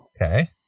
Okay